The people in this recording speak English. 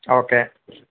okay